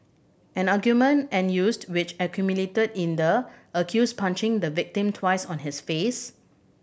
an argument which a culminated in the accused punching the victim twice on his face